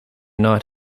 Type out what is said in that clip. not